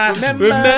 Remember